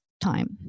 time